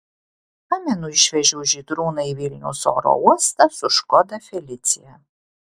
pamenu išvežiau žydrūną į vilniaus oro uostą su škoda felicia